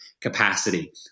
Capacity